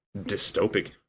dystopic